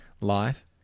life